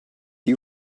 you